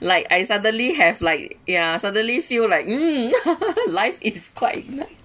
like I suddenly have like ya suddenly feel like mm life is quite